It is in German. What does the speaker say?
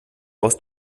aus